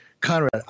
Conrad